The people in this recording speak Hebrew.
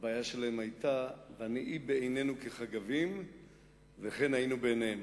והבעיה שלהם היתה: ונהי בעינינו כחגבים וכן היינו בעיניהם.